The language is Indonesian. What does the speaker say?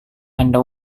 anda